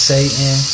Satan